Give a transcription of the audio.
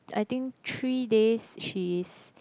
I think three days she's